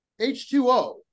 H2O